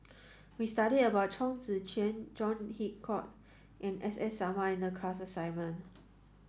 we studied about Chong Tze Chien John Hitchcock and S S Sarma in the class assignment